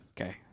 Okay